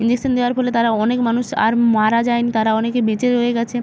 injection দেওয়ার ফলে তারা অনেক মানুষ আর মারা যায়নি তারা অনেকে বেঁচে রয়ে গিয়েছে